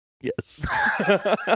Yes